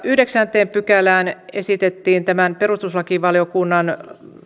yhdeksänteen pykälään torjuntatyö kunnassa esitettiin tämän perustuslakivaliokunnan